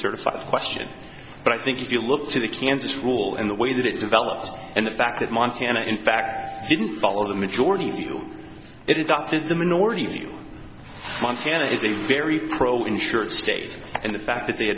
certify the question but i think if you look to the kansas rule in the way that it developed and the fact that montana in fact didn't follow the majority view it adopted the minority view montana is a very pro insured state and the fact that they